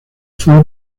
fue